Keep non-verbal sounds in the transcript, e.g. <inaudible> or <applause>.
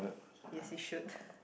yes it should <laughs>